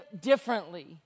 differently